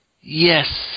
Yes